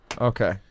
Okay